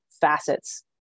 facets